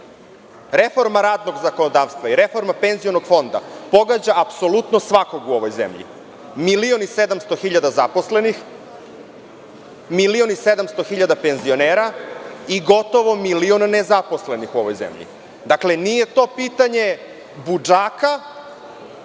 Reforma radnog zakonodavstva i reforma penzionog fonda pogađa apsolutno svakog u ovoj zemlji, milion i 700 hiljada zaposlenih, milion i 700 hiljada penzionera i gotovo milion nezaposlenih u ovoj zemlji. Dakle, nije to pitanje budžaka